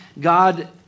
God